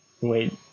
Wait